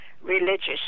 religious